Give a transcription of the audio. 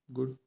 Good